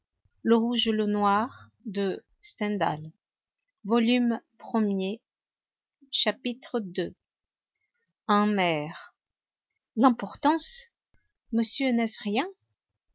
chapitre ii un maire l'importance monsieur n'est-ce rien